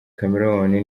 chameleone